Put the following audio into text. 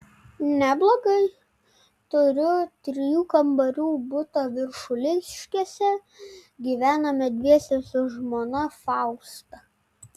neblogai turiu trijų kambarių butą viršuliškėse gyvename dviese su žmona fausta